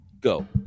go